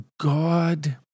God